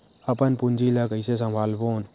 अपन पूंजी ला कइसे संभालबोन?